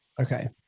Okay